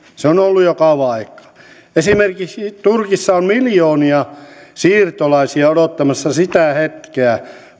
se on ollut jo kauan aikaa esimerkiksi turkissa on miljoonia siirtolaisia odottamassa sitä hetkeä